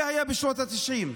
זה היה בשנות התשעים,